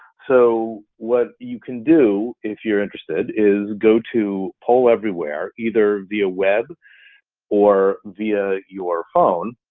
so what you can do, if you're interested, is go to poll everywhere, either via web or via your phone.